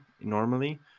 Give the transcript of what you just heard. normally